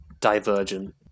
Divergent